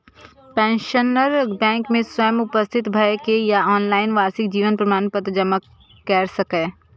pensioner bank मे स्वयं उपस्थित भए के या ऑनलाइन वार्षिक जीवन प्रमाण पत्र जमा कैर सकैए